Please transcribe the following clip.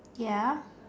ya